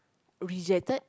rejected